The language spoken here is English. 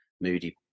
moody